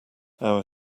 our